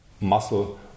muscle